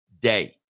day